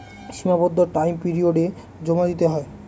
সীমাবদ্ধ টাইম পিরিয়ডে জমা দিতে হয়